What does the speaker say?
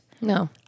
No